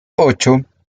ocho